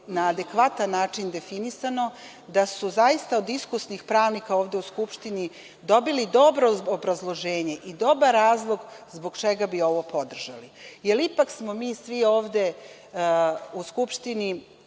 na adekvatan način definisano, da su zaista od iskusnih pravnika ovde u Skupštini dobili dobro obrazloženje i dobar razlog zbog čega bi ovo podržali. Jer, ipak smo mi svi ovde u Skupštini